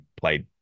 played